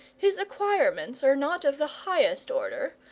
his acquirements are not of the highest order,